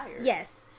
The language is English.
Yes